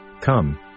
Come